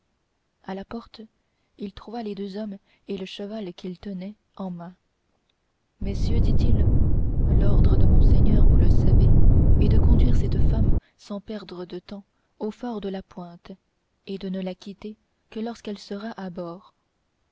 à la porte il trouva les deux hommes et le cheval qu'ils tenaient en main messieurs dit-il l'ordre de monseigneur vous le savez est de conduire cette femme sans perdre de temps au fort de la pointe et de ne la quitter que lorsqu'elle sera à bord